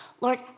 Lord